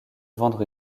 vendre